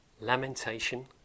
lamentation